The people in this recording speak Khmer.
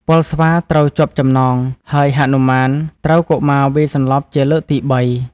ពលស្វាត្រូវជាប់ចំណង ហើយហនុមានត្រូវកុមារវាយសន្លប់ជាលើកទីបី ។